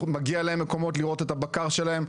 מגיע להם מקומות לרעות את הבקר שלהם,